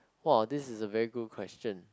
!wah! this is a very good question